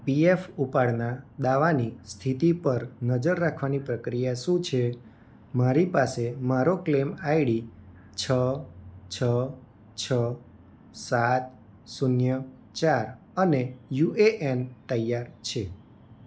PF ઉપાડના દાવાની સ્થિતિ પર નજર રાખવાની પ્રક્રિયા શું છે મારી પાસે મારો ક્લેમ આઈડી છ છ છ સાત શૂન્ય ચાર અને યુ એ એન તૈયાર છે